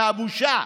מהבושה.